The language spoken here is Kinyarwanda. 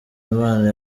imana